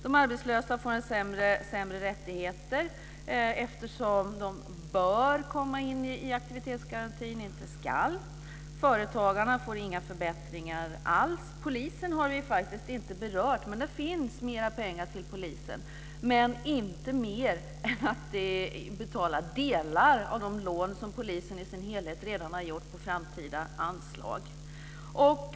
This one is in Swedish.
De arbetslösa får sämre rättigheter eftersom de bör komma in i aktivitetsgarantin, inte skall. Företagarna får inga förbättringar alls. Polisen har inte berörts. Det finns mera pengar till polisen, men inte mer än att det betalar delar av de lån som polisen i sin helhet har på framtida anslag.